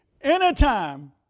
Anytime